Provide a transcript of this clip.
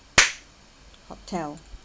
hotel